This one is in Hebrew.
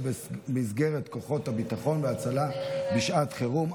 במסגרת כוחות הביטחון וההצלה בשעת חירום),